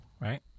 Right